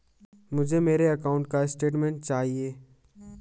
मुझे मेरे अकाउंट का स्टेटमेंट चाहिए?